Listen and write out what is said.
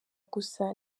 gusa